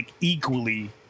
equally